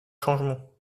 changements